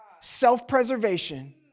self-preservation